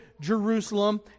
Jerusalem